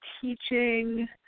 teaching